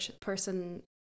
person